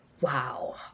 Wow